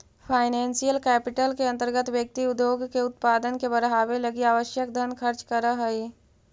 financial capital के अंतर्गत व्यक्ति उद्योग के उत्पादन के बढ़ावे लगी आवश्यक धन खर्च करऽ हई